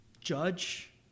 judge